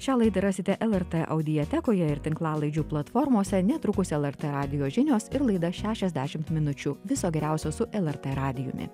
šią laidą rasite lrt audiotekoje ir tinklalaidžių platformose netrukus lrt radijo žinios ir laida šešiasdešimt minučių viso geriausio su lrt radijumi